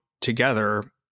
together